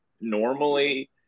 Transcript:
normally